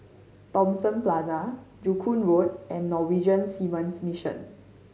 Thomson Plaza Joo Koon Road and Norwegian Seamen's Mission